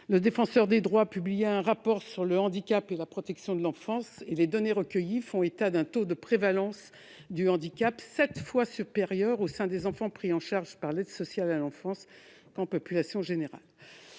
le Défenseur des droits a publié un rapport sur le handicap et la protection de l'enfance. Les données recueillies font état d'un taux de prévalence du handicap sept fois supérieur parmi les enfants pris en charge par l'aide sociale à l'enfance par rapport à la population générale.